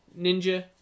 ninja